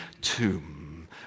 tomb